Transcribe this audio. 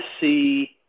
see